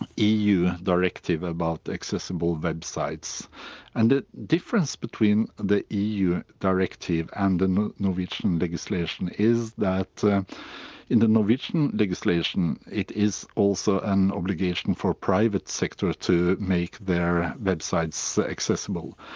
eu directive about accessible websites and the difference between the eu directive and and the norwegian legislation is that in the norwegian legislation it is also an obligation for private sector to make their websites accessible.